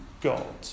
God